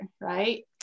right